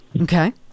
Okay